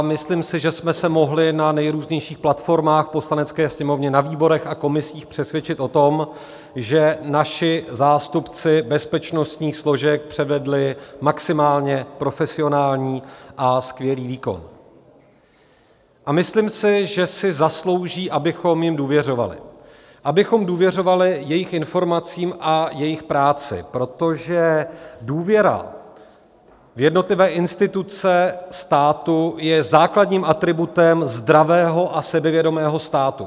Myslím si, že jsme se mohli na nejrůznějších platformách v Poslanecké sněmovně, na výborech a komisích, přesvědčit o tom, že naši zástupci bezpečnostních složek předvedli maximálně profesionální a skvělý výkon, a myslím si, že si zaslouží, abychom jim důvěřovali, abychom důvěřovali jejich informacím a jejich práci, protože důvěra v jednotlivé instituce státu je základním atributem zdravého a sebevědomého státu.